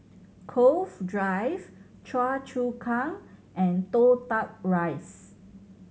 Cove Drive Choa Chu Kang and Toh Tuck Rise